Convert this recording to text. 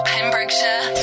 Pembrokeshire